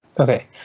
Okay